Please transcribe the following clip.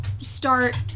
start